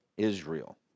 israel